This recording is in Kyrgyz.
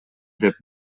деп